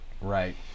right